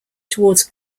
towards